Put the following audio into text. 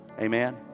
Amen